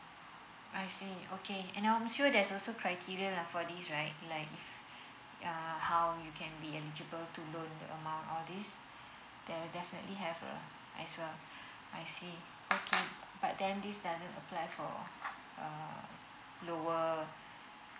I see okay and I'm sure there's also criteria lah for this right like uh how you can be eligible to loan among all this there definitely have a I see okay but then this doesn't apply for uh lower